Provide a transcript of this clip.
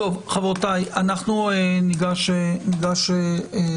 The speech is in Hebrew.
טוב, חברותיי, אנחנו ניגש להצבעה.